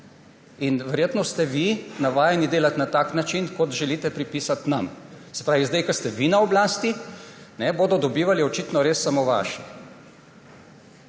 In verjetno ste vi navajeni delati na tak način, kot želite pripisati nam. Se pravi, zdaj, ko ste vi na oblasti, bodo dobivali očitno res samo vaši: